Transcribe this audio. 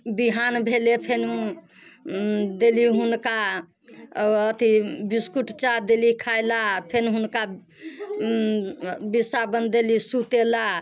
बिहान भेलै फेन देली हुनका अथी बिस्कुट चाह देली खाइ ला फेन हुनका बिछावन देली सुते ला